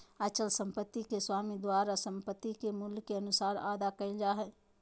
अचल संपत्ति के स्वामी द्वारा संपत्ति के मूल्य के अनुसार अदा कइल जा हइ